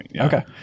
Okay